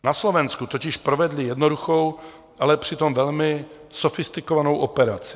Na Slovensku totiž provedli jednoduchou, ale přitom velmi sofistikovanou operaci.